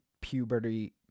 puberty